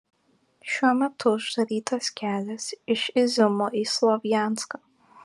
šiuo metu uždarytas kelias iš iziumo į slovjanską